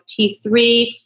T3